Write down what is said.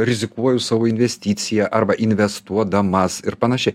rizikuoju savo investicija arba investuodamas ir panašiai